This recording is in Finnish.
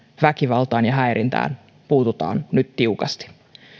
väkivaltaan ja häirintään puututaan nyt tiukasti